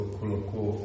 colocou